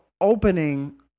opening